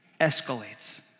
escalates